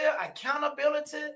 accountability